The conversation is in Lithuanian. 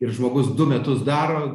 ir žmogus du metus daro